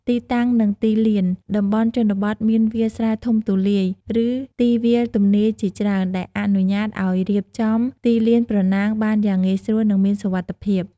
ទីតាំង និងទីលាន តំបន់ជនបទមានវាលស្រែធំទូលាយ ឬទីវាលទំនេរជាច្រើន ដែលអនុញ្ញាតឱ្យរៀបចំទីលានប្រណាំងបានយ៉ាងងាយស្រួល និងមានសុវត្ថិភាព។